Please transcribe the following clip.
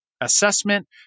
assessment